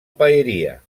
paeria